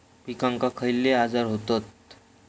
पिकांक खयले आजार व्हतत?